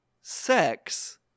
sex